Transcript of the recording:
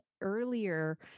Earlier